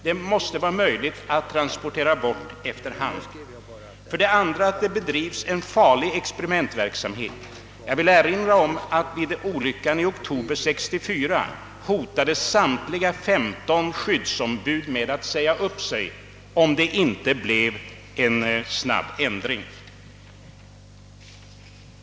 Det måste vara möjligt att transportera bort dem efter hand. Vidare bedrives en farlig experimentverksamhet. Jag vill erinra om att vid olyckshändelsen 1964 hotade samtliga femton skyddsombud med att säga upp sig, om det inte snabbt företogs en ändring.